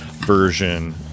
version